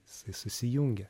jisai susijungia